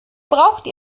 brauchte